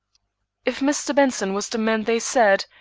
if mr. benson was the man they said,